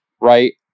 right